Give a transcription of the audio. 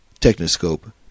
Technoscope